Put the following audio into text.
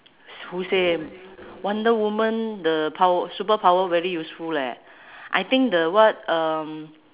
who say wonder woman the pow~ superpower very useful leh I think the what um